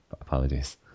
Apologies